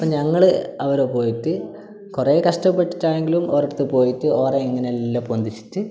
അപ്പം ഞങ്ങൾ അവരെ പോയിട്ട് കുറെ കഷ്ടപ്പെട്ടിട്ടാണങ്കിലും ഓർടെടുത്ത് പോയിട്ട് ഓരെ ഇങ്ങനെല്ലാ പൊന്തിച്ചിട്ട്